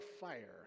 fire